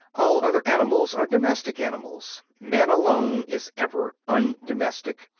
all other animals are domestic animals man alone is ever undomestic,